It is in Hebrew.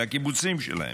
הקיבוצים שלהם.